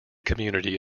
community